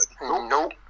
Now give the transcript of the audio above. Nope